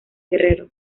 guerrero